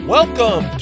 Welcome